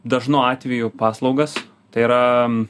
dažnu atveju paslaugas tai yra